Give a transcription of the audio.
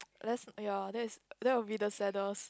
let's !aiya! that is that will be the saddest